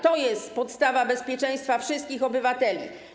To jest podstawa bezpieczeństwa wszystkich obywateli.